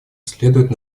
следует